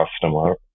customer